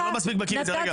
אבל אני לא מספיק בקי בזה.